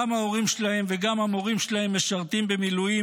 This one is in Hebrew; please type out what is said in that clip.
גם ההורים שלהם וגם המורים שלהם משרתים במילואים,